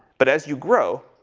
but as you grow,